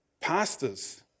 pastors